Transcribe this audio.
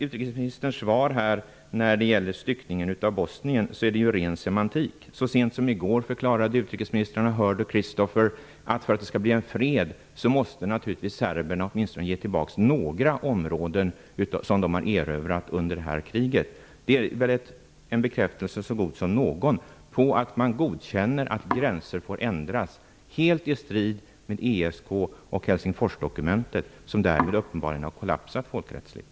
Utrikesministerns svar om styckningen av Bosnien är enbart semantik. I går förklarade utrikesministrarna Hurd och Christopher att för att det skall bli en fred måste naturligtvis serberna ge tillbaka åtminstone några områden som de har erövrat under detta krig. Det är väl en bekräftelse så god som någon att man godkänner att gränser får ändras helt i strid med ESK och Helsingforsdokumentet -- som därmed har kollapsat folkrättsligt.